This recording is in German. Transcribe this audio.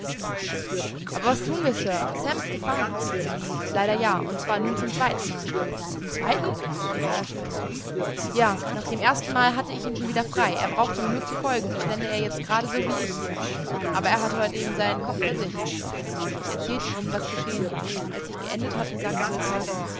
aber was tun wir sir sam ist gefangen leider ja und zwar nun zum zweitenmal zum zweiten rief er erstaunt ja nach dem ersten male hatte ich ihn schon wieder frei er brauchte mir nur zu folgen so stände er jetzt grad so hier wie ich aber er hat heut eben seinen kopf für sich ich erzählte ihnen was geschehen war als ich geendet hatte sagte will parker